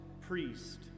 Priest